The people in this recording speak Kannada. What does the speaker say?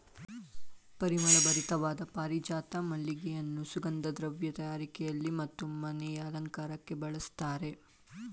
ಪರಿಮಳ ಭರಿತವಾದ ಪಾರಿಜಾತ ಮಲ್ಲಿಗೆಯನ್ನು ಸುಗಂಧ ದ್ರವ್ಯ ತಯಾರಿಕೆಯಲ್ಲಿ ಮತ್ತು ಮನೆಯ ಅಲಂಕಾರಕ್ಕೆ ಬಳಸ್ತರೆ